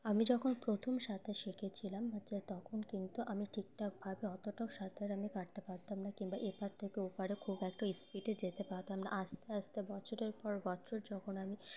আমি যখন প্রথম সাঁতার শিখেছিলাম তখন কিন্তু আমি ঠিকঠাকভাবে অতটাও সাঁতার আমি কাটতে পারতাম না কিংবা এপার থেকে ওপারে খুব একটা স্পিডে যেতে পারতাম না আস্তে আস্তে বছরের পর বছর যখন আমি